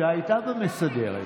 שהייתה במסדרת,